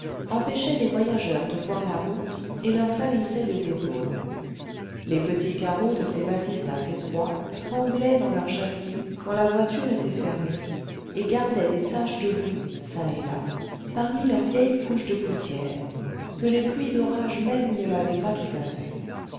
empêchaient les voyageurs de voir la route et leur salissaient les épaules les petits carreaux de ses vasistas étroits tremblaient dans leurs châssis quand la voiture était fermée et gardaient des taches de boue çà et là parmi leur vieille couche de poussière que les pluies d'orage même ne lavaient pas tout à fait